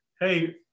Hey